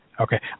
Okay